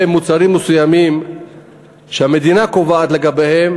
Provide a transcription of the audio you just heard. מוצרים מסוימים שהמדינה קובעת לגביהם,